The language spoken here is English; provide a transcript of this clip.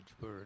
bird